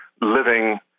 living